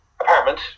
apartment